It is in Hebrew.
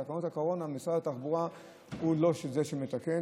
את תקנות הקורונה משרד התחבורה לא זה שמתקן.